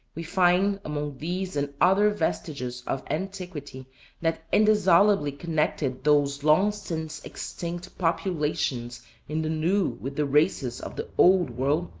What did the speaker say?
we find, among these and other vestiges of antiquity that indissolubly connected those long-since extinct populations in the new with the races of the old world,